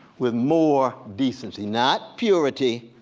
with more decency. not purity,